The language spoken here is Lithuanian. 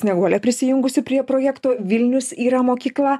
snieguolė prisijungusi prie projekto vilnius yra mokykla